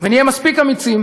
ונהיה מספיק אמיצים